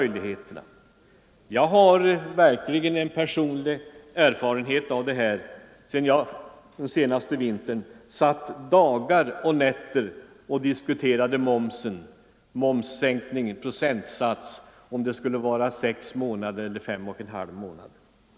Jag har verkligen personlig erfarenhet av detta sedan jag under den senaste vintern satt dagar och nätter och diskuterade med hur många procent momsen skulle sänkas och under hur lång tid — 6 månader eller 5,5 månader — den lägre momsen skulle gälla.